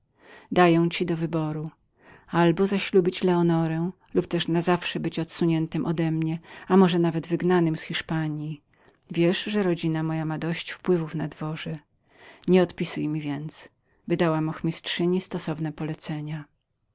daję ci do wyboru albo zaślubić leonorę lub też na zawsze być wygnanym z mojej obecności a może nawet z hiszpanji wiesz że rodzina moja ma dość wziętości na dworze nie odpisuj mi więcej wydałam ochmistrzyni stosowne polecenie